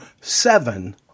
seven